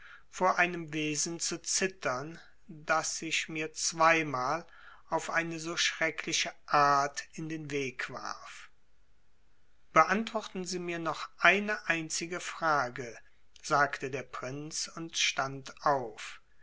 vor einem wesen zu zittern das sich mir zweimal auf eine so schreckliche art in den weg warf beantworten sie mir noch eine einzige frage sagte der prinz und stand auf